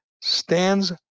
stands